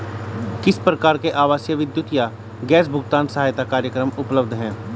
किस प्रकार के आवासीय विद्युत या गैस भुगतान सहायता कार्यक्रम उपलब्ध हैं?